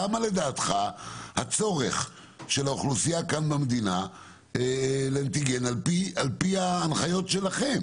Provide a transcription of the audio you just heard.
כמה לדעתך הצורך של האוכלוסייה כאן במדינה לאנטיגן על פי ההנחיות שלכם?